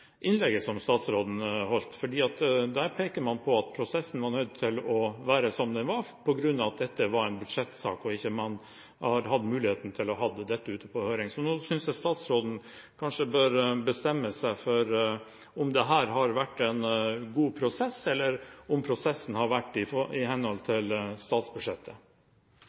innlegget som statsråden holdt. Der peker man på at prosessen var nødt til å være som den var, på grunn av at dette var en budsjettsak og man ikke har hatt muligheten til å sende dette ut på høring. Nå synes jeg statsråden bør bestemme seg for om dette har vært en god prosess, eller om prosessen har vært i henhold til statsbudsjettet.